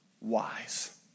wise